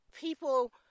people